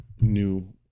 new